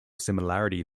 similarity